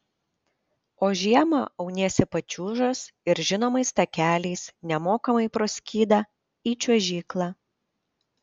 o žiemą auniesi pačiūžas ir žinomais takeliais nemokamai pro skydą į čiuožyklą